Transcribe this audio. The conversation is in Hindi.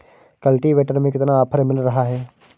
कल्टीवेटर में कितना ऑफर मिल रहा है?